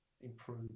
improve